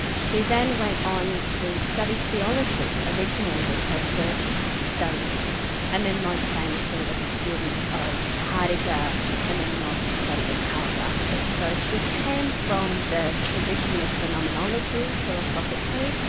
she then went on to study theology. originally it was her first studies and then most famously was a student of heidegger and then went on to study with karl jaspers. so she came from the tradition of phenomenology, philosophically,